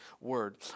word